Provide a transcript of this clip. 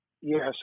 Yes